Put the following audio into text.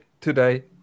today